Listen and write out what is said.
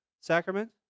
sacrament